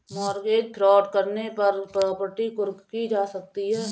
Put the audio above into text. mortgage fraud करने पर property कुर्क की जा सकती है